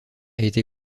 été